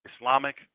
Islamic